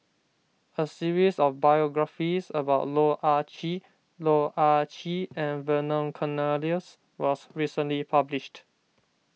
a series of biographies about Loh Ah Chee Loh Ah Chee and Vernon Cornelius was recently published